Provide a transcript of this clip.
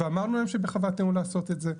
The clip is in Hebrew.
ואמרנו להם שבכוונתנו לעשות את זה.